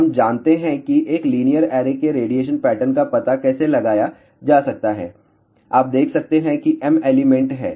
तो हम जानते हैं कि एक लीनियर ऐरे के रेडिएशन पैटर्न का पता कैसे लगाया जा सकता है आप देख सकते हैं कि m एलिमेंट हैं